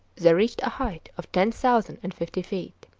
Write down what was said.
they reached a height of ten thousand and fifty feet.